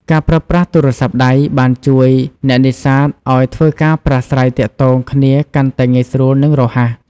ការប្រើប្រាស់ទូរស័ព្ទដៃបានជួយអ្នកនេសាទឱ្យធ្វើការប្រាស្រ័យទាក់ទងគ្នាកាន់តែងាយស្រួល និងរហ័ស។